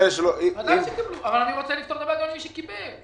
אני רוצה לפתור את הבעיה למי שקיבל.